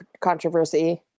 controversy